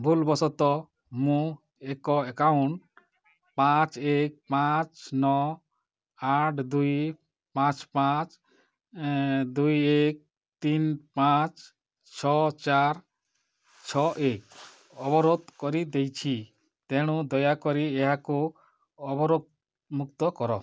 ଭୁଲ ବଶତଃ ମୁଁ ଏକ ଆକାଉଣ୍ଟ ପାଞ୍ଚ ଏକ ପାଞ୍ଚ ନଅ ଆଠ ଦୁଇ ପାଞ୍ଚ ପାଞ୍ଚ ଦୁଇ ଏକ ତିନି ପାଞ୍ଚ ଛଅ ଚାରି ଛଅ ଏକ ଅବରୋଧ କରିଦେଇଛି ତେଣୁ ଦୟାକରି ଏହାକୁ ଅବରୋଧମୁକ୍ତ କର